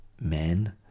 men